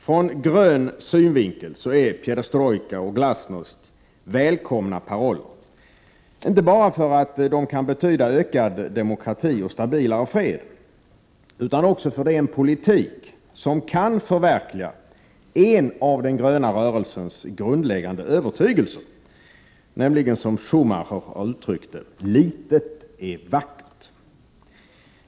Ur grön synvinkel är perestrojka och glasnost välkomna paroller, inte bara därför att de kan komma att betyda ökad demokrati och stabilare fred, utan också därför att det är en politik som kan förverkliga en 51 av den gröna rörelsens grundläggande övertygelser, som Schumacher har uttryckt det: litet är vackert.